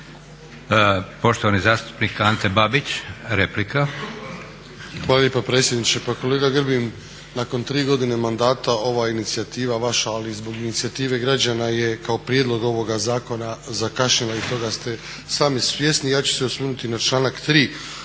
Poštovani zastupnik Ante Babić replika. **Babić, Ante (HDZ)** Hvala lijepa predsjedniče. Pa kolega Grbin, nakon 3 godine mandata ova inicijativa vaša ali i zbog inicijative građana je kao prijedlog ovoga zakona zakašnjela i toga ste sami svjesni. Ja ću se osvrnuti na članak 3.